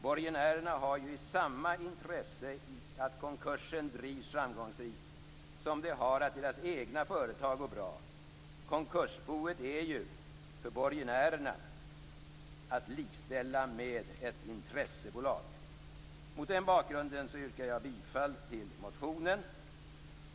Borgenärerna har ju samma intresse av att konkursen drivs framgångsrikt som de har av att deras egna företag går bra. Konkursboet är ju för borgenärerna att likställa med ett intressebolag. Mot den bakgrunden yrkar jag bifall till motionen.